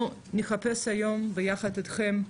אנחנו נחפש היום ביחד איתכם,